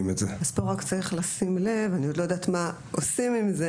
פה צריך לשים לב אני עוד לא יודעת מה עושים עם זה